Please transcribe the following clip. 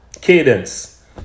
Cadence